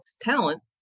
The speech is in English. talent